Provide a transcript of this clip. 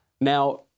Now